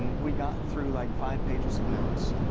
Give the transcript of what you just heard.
we got through like five pages of notes.